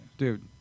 Dude